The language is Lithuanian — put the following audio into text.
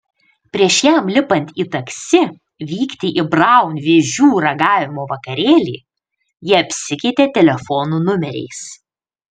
prieš jam lipant į taksi vykti į braun vėžių ragavimo vakarėlį jie apsikeitė telefonų numeriais